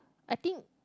I think